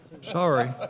Sorry